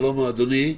שלום אדוני.